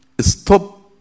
stop